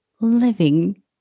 living